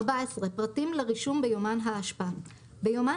פרטים לרישום ביומן האשפה 14. (א) ביומן